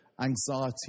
anxiety